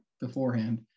beforehand